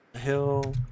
Hill